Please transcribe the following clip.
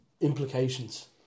implications